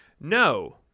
No